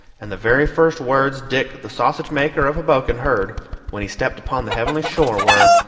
and the very first words dick the sausage-maker of hoboken heard when he stepped upon the heavenly shore were,